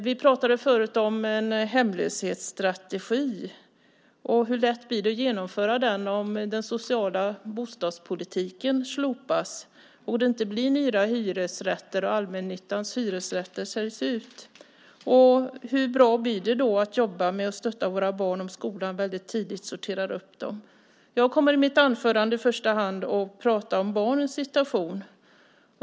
Vi pratade förut om en hemlöshetsstrategi, och hur lätt blir det att genomföra den om den sociala bostadspolitiken slopas och det inte blir nya hyresrätter och allmännyttans hyresrätter säljs ut? Hur bra blir det att jobba med och stötta våra barn om skolan väldigt tidigt sorterar dem? Jag kommer i mitt anförande att i första hand prata om barnens situation.